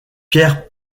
pierre